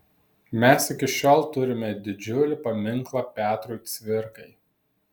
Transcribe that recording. mes iki šiol turime didžiulį paminklą petrui cvirkai